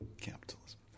Capitalism